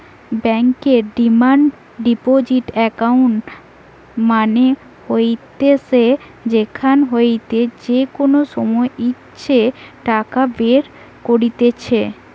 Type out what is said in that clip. বেঙ্কর demand deposit account মানে হইসে যেখান হইতে যে কোনো সময় ইচ্ছে টাকা বের কত্তিছে